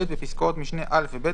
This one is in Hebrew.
יבוא "שהתקיים"; (ב)בפסקאות משנה (א) ו-(ב),